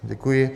Děkuji.